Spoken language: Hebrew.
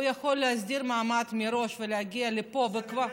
הוא יכול להסדיר מעמד מראש ולהגיע לפה וכבר,